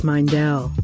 Mindell